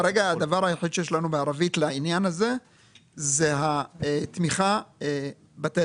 כרגע הדבר היחיד שיש לנו בערבית לעניין הזה זו התמיכה בטלפון.